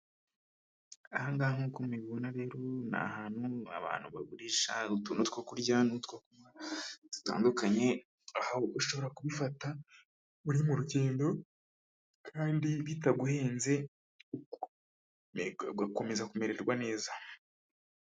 Ahanga nkuko mubibona rero n'ahantutu abantu bagurisha utuntu two kurya n'utwokunywa dutandukanye, aho ushobora kubifata uri mu rugendo kandi bitaguhenze ugakomeza kumererwa neza.